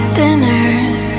dinners